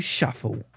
Shuffle